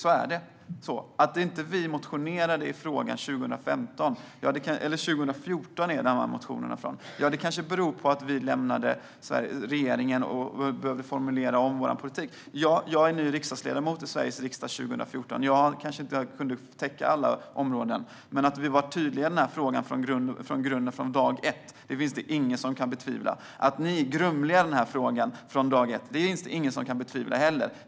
Att vi inte motionerade i frågan 2014 kanske berodde på att vi lämnade regeringen och behövde formulera om vår politik. Jag var ny ledamot i Sveriges riksdag 2014 och kanske inte kunde täcka alla områden. Men att vi var tydliga i denna fråga från dag ett finns det ingen som kan betvivla. Att ni är grumliga i frågan från dag ett är det heller ingen som kan betvivla.